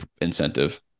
incentive